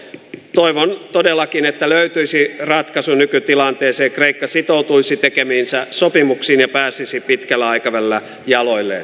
toivon todellakin että löytyisi ratkaisu nykytilanteeseen kreikka sitoutuisi tekemiinsä sopimuksiin ja pääsisi pitkällä aikavälillä jaloilleen